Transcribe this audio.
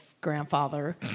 grandfather